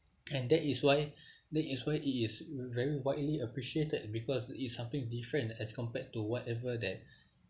and that is why that is why it is very widely appreciated because it's something different as compared to whatever that